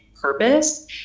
purpose